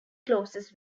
closes